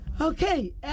Okay